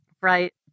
Right